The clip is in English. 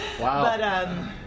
Wow